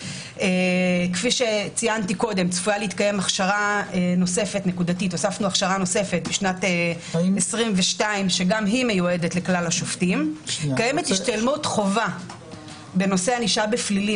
והאם במסגרת מתווה ההכשרות יש פרקים שמוגדרים כפרקי חובה בנושאים אחרים?